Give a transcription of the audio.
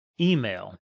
email